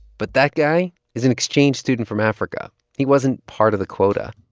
but that guy is an exchange student from africa. he wasn't part of the quota.